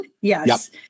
yes